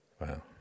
Wow